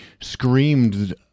screamed